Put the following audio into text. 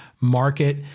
market